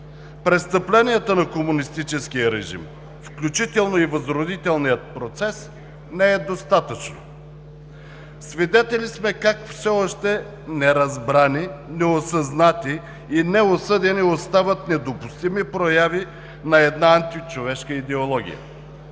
престъпленията на комунистическия режим, включително и възродителния процес не е достатъчно. Свидетели сме как все още неразбрани, неосъзнати и неосъдени остават недопустими прояви на една античовешка идеология,